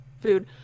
food